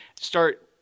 start